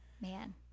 Man